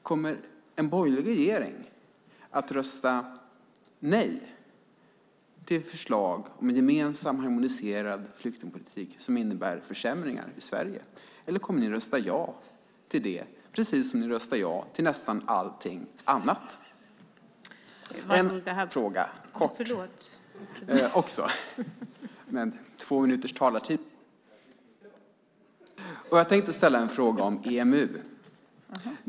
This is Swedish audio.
Kommer en borgerlig regering att rösta nej till förslag om en gemensam harmoniserad flyktingpolitik som innebär försämringar i Sverige eller kommer ni att rösta ja till det precis som ni röstar ja till nästan allting annat? Jag tänkte också ställa en fråga om EMU.